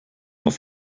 auf